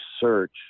search